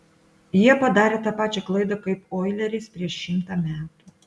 jie padarė tą pačią klaidą kaip oileris prieš šimtą metų